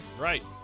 Right